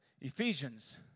Ephesians